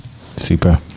Super